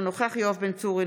אינו נוכח יואב בן צור,